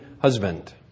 Husband